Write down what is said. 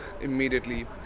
immediately